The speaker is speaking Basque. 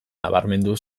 nabarmendu